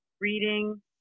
reading